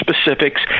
specifics